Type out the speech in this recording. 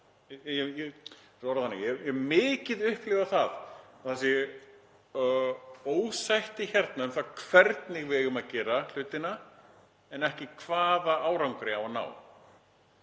Ég hef mikið upplifað að það sé ósætti hérna um það hvernig við eigum að gera hlutina en ekki hvaða árangri eigi að ná.